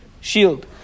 shield